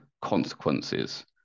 consequences